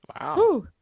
wow